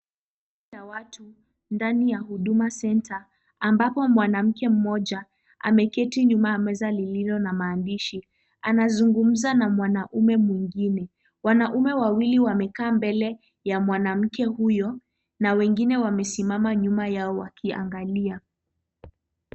Kundi la watu ndani ya huduma center ambapo mwanamke mmoja ameketi nyuma ya lmeza lililo na maandishi. Anazungumza na mwanaume mwingine. Wanaume wawili wamekaa mbele ya mwanamke huyo na wengine wamesimama nyuma yao wakiangalia.